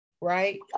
right